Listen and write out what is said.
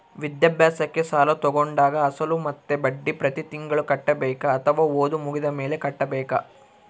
ವಿದ್ಯಾಭ್ಯಾಸಕ್ಕೆ ಸಾಲ ತೋಗೊಂಡಾಗ ಅಸಲು ಮತ್ತೆ ಬಡ್ಡಿ ಪ್ರತಿ ತಿಂಗಳು ಕಟ್ಟಬೇಕಾ ಅಥವಾ ಓದು ಮುಗಿದ ಮೇಲೆ ಕಟ್ಟಬೇಕಾ?